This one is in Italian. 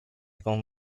con